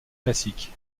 classique